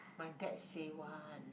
my dad say one